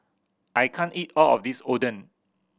I can't eat all of this Oden